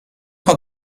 had